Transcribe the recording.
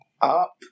up